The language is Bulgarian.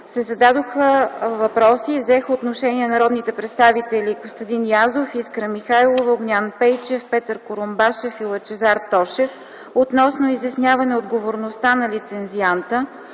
зададоха въпроси и взеха отношение народните представители Костадин Язов, Искра Михайлова, Огнян Пейчев, Петър Курумбашев и Лъчезар Тошев, относно изясняване отговорността на лицензианта,